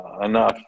enough